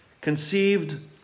conceived